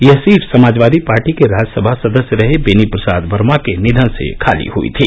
यह seat Samajwadi Party के राज्यसभा सदस्य रहे बेनी प्रसाद वर्मा के निधन से खाली हयी थी